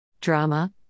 Drama